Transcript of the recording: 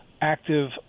active